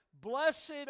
blessed